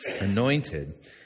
anointed